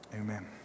amen